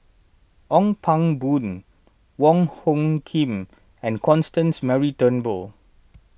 Ong Pang Boon Wong Hung Khim and Constance Mary Turnbull